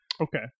Okay